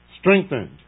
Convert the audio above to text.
Strengthened